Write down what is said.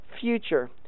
future